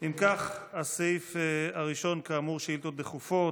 אם כך, הסעיף הראשון כאמור הוא שאילתות דחופות.